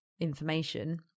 Information